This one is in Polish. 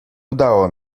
udało